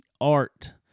art